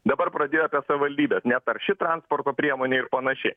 dabar pradėjo apie savivaldybes netarši transporto priemonė ir panašiai